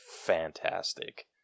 fantastic